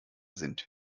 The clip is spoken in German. sind